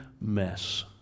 mess